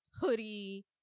Hoodie